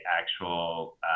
actual